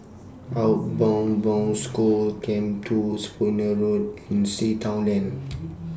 Outward Bound School Camp two Spooner Road and Sea Town Lane